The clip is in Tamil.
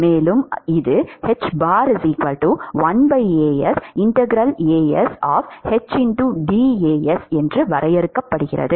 மேலும் இது வரையறுக்கப்படுகிறது